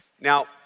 now